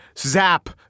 Zap